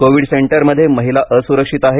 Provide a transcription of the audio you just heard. Covid centre मध्ये महिला असुरक्षित आहेत